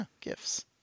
gifts